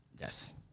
Yes